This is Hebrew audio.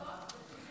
תודה רבה.